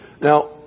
Now